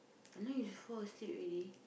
I know you fall asleep already